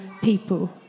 people